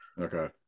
Okay